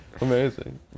amazing